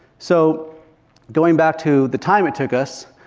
so going back to the time it took us,